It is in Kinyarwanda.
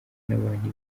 n’abantu